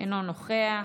אינו נוכח,